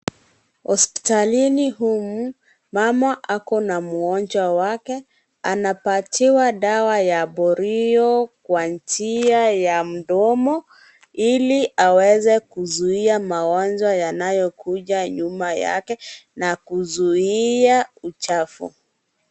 Hospitalini humu, mama ako na mgonjwa wake. Anapatiwa dawa ya polio kwa njia ya mdomo, ili aweze kuzuia magonjwa yanayokuja nyuma yake na kuzuia uchafu.